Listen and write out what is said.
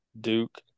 Duke